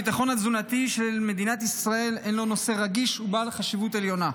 הביטחון התזונתי בישראל הינו נושא רגיש ובעל חשיבות עליונה.